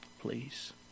Please